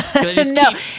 No